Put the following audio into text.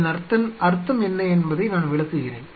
அதன் அர்த்தம் என்ன என்பதை நான் விளக்குகிறேன்